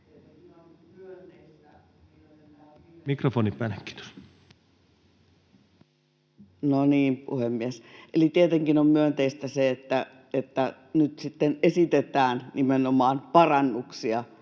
mikrofonin ollessa suljettuna] No niin, puhemies. — Eli tietenkin on myönteistä se, että nyt sitten esitetään nimenomaan parannuksia